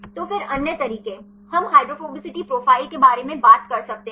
तो फिर अन्य तरीके हम हाइड्रोफोबिसिटी प्रोफाइल के बारे में बात कर सकते हैं